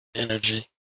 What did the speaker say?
energy